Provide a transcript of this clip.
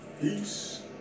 Peace